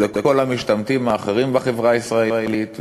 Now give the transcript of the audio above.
או לכל המשתמטים האחרים בחברה הישראלית,